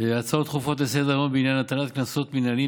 הצעות דחופות לסדר-היום בעניין הטלת קנסות מינהליים